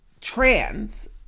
trans